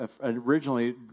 originally